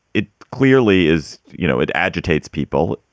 it clearly is. you know, it agitates people.